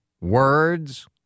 words